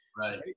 Right